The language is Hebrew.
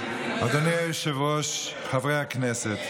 אדוני היושב-ראש, חברי הכנסת,